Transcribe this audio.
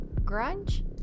Grunge